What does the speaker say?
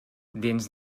dents